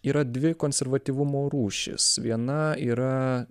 yra dvi konservatyvumo rūšys viena yra